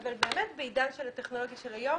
אבל באמת בעידן של הטכנולוגיה של היום,